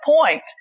point